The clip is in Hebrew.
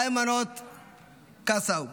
היימנוט קסאו,